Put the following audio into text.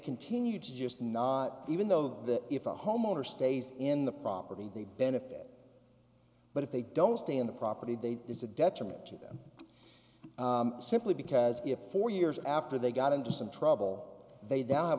continue to just not even though that if a homeowner stays in the property they benefit but if they don't stay in the property they is a detriment to them simply because for years after they got into some trouble they don't have